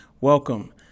Welcome